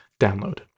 download